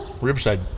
Riverside